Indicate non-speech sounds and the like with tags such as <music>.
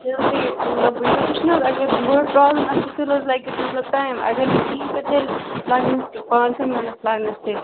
<unintelligible>